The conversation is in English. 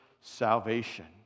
salvation